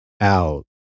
out